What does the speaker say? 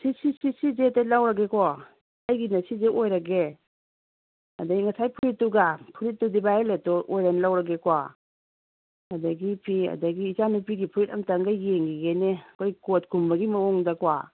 ꯁꯤꯖꯦ ꯍꯦꯛꯇ ꯂꯧꯔꯒꯦꯀꯣ ꯑꯩꯒꯤꯅ ꯁꯤꯖꯦ ꯑꯣꯏꯔꯒꯦ ꯑꯗꯩ ꯉꯁꯥꯏ ꯐꯨꯔꯤꯠꯇꯨꯒ ꯐꯨꯔꯤꯠꯇꯨꯗꯤ ꯚꯥꯏꯌꯣꯂꯦꯠꯇꯣ ꯑꯣꯏꯅ ꯂꯧꯔꯒꯦꯀꯣ ꯑꯗꯒꯤ ꯐꯤ ꯑꯗꯒꯤ ꯏꯆꯥꯅꯨꯄꯤꯒꯤ ꯐꯨꯔꯤꯠ ꯑꯝꯇꯪꯒ ꯌꯦꯡꯒꯤꯒꯦꯅꯦ ꯑꯩꯈꯣꯏ ꯀꯣꯠꯀꯨꯝꯕꯒꯤ ꯃꯋꯣꯡꯗꯀꯣ